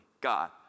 God